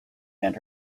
and